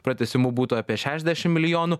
pratęsimu būtų apie šešdešim milijonų